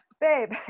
babe